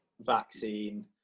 vaccine